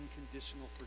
unconditional